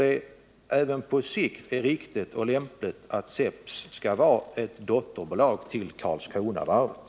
Är det på sikt riktigt och lämpligt att SEPS skall vara ett dotterbolag till Karlskronavarvet?